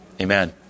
Amen